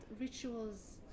rituals